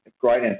great